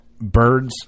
birds